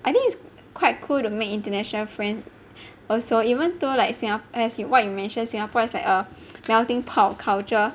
I think it's quite cool to make international friends also even though like singa~ as in what you mentioned Singapore is like a melting pot of culture